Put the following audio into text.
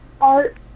art